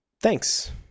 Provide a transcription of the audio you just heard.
thanks